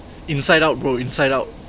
inside out bro inside out